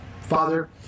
Father